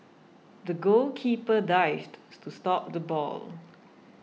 the goalkeeper dived to stop the ball